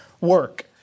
work